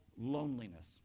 loneliness